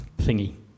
thingy